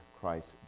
Christ